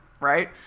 Right